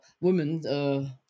women